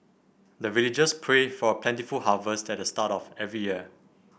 the villagers pray for plentiful harvest at the start of every year